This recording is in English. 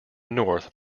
north